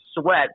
sweat